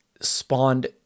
spawned